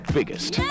biggest